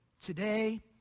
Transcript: today